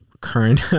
current